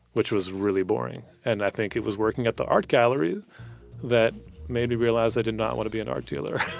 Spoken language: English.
which was really boring. and i think it was working at the art gallery that made me realize i did not want to be an art dealer